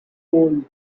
cold